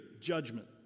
Judgment